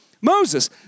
Moses